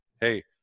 Hey